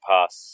Pass